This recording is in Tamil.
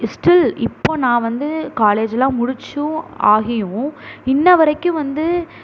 பட் ஸ்டில் இப்போது நான் வந்து காலேஜுலாம் முடித்தும் ஆகியும் இன்று வரைக்கும் வந்து